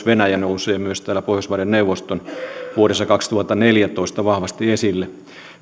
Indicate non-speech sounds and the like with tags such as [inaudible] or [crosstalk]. [unintelligible] venäjä nousee myös täällä pohjoismaiden neuvoston vuodessa kaksituhattaneljätoista vahvasti esille